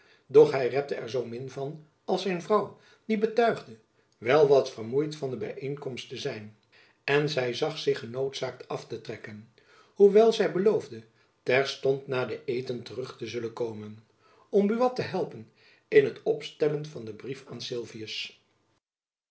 doch hy repte er zoo min van als zijn vrouw die betuigde wel wat vermoeid van de byeenkomst te zijn en zy zag zich genoodzaakt af te trekken hoewel zy beloofde terstond na den eten terug te zullen komen om buat te helpen in het opstellen van den brief aan